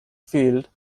field